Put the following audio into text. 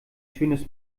schönes